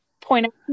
point